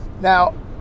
Now